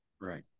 Right